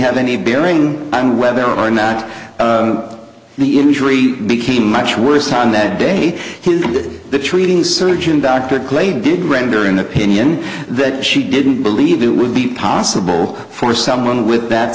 have any bearing on whether or not the injury became much worse on that day he did the treating surgeon dr clay did render an opinion that she didn't believe it would be possible for someone with that